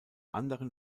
anderen